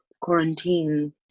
quarantine